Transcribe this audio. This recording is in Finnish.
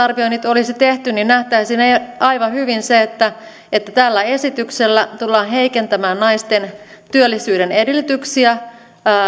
jos vaikutusarvioinnit olisi tehty niin nähtäisiin aivan hyvin se että että tällä esityksellä tullaan heikentämään naisten työllisyyden edellytyksiä